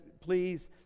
please